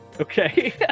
Okay